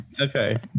Okay